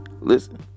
Listen